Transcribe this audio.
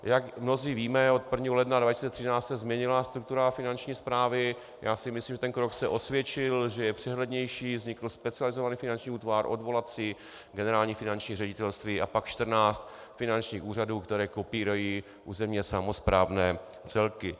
Jak mnozí víme, od 1 ledna 2013 se změnila struktura Finanční správy, myslím si, že ten krok se osvědčil, že je přehlednější, vznikl specializovaný finanční útvar, odvolací, Generální finanční ředitelství a pak 14 finančních úřadů, které kopírují územně samosprávné celky.